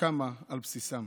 שקמה על בסיסם.